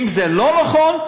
אם זה לא נכון,